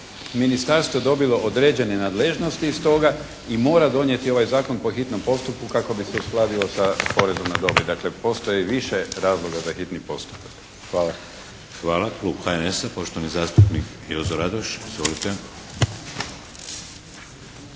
ministarstvo je dobilo određene nadležnosti iz toga i mora donijeti ovaj zakon po hitnom postupku kako bi se uskladilo sa porezom na dohodak. Dakle, postoji i više razloga za hitni postupak. Hvala. **Šeks, Vladimir (HDZ)** Hvala. Klub HNS-a, poštovani zastupnik Jozo Radoš. Izvolite.